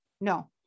No